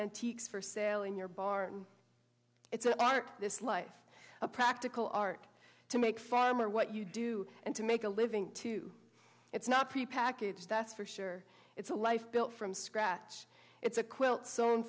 antiques for sale in your barn it's an art this life a practical art to make farmer what you do and to make a living too it's not prepackaged that's for sure it's a life built from scratch it's a quilt sewing